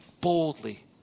boldly